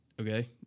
Okay